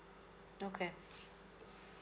okay